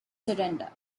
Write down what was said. surrender